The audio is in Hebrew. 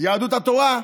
ויהדות התורה,